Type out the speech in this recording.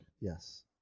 Yes